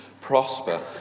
prosper